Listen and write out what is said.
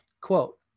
quote